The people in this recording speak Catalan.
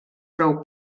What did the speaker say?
prou